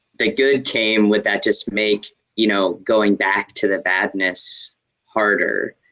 the good came would that just make you know, going back to the badness harder?